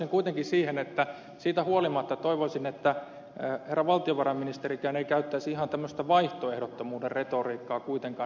pysähtyisin kuitenkin siihen että siitä huolimatta toivoisin että herra valtiovarainministerikään ei käyttäisi ihan tämmöistä vaihtoehdottomuuden retoriikkaa kuitenkaan